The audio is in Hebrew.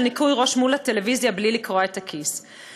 ניקוי ראש מול הטלוויזיה בלי לקרוע את הכיס.